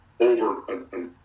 over